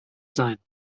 sein